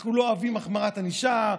אנחנו לא אוהבים החמרת ענישה,